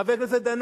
חבר הכנסת דנון,